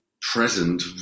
present